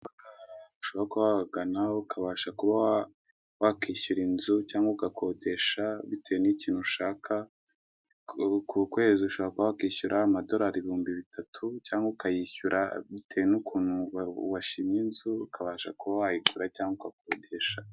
Aha ni Ahantu ushobora kuba wabagana ukishyura inzu cyangwa ugakodesha, bitewe nicyo ushaka ku kwezi ukaba wakishyira amadorari ibihumbi bitatu cyangwa ukabishyura bitewe n'ukuntu washimye inzu, ukabasha kuba wayigura cyangwa ugakodesha.